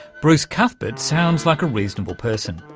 bruce cuthbert sounds like a reasonable person,